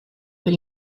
per